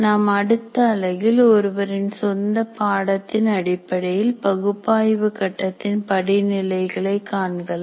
நாம் அடுத்த அலகில் ஒருவரின் சொந்த பாடத்தின் அடிப்படையில் பகுப்பாய்வு கட்டத்தில் படிநிலைகளை காணலாம்